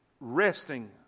resting